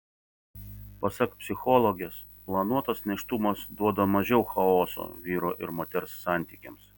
pasak psichologės planuotas nėštumas duoda mažiau chaoso vyro ir moters santykiams